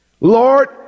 Lord